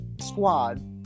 squad